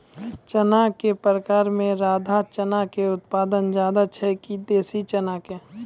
चना के प्रकार मे राधा चना के उत्पादन ज्यादा छै कि देसी चना के?